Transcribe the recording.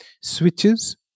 Switches